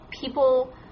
People